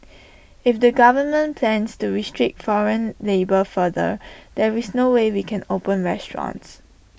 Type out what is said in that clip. if the government plans to restrict foreign labour further there is no way we can open restaurants